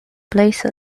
place